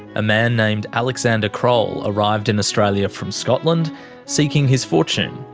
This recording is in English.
a man named alexander croll arrived in australia from scotland seeking his fortune.